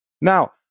Now